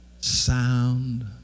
sound